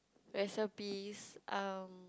recipes um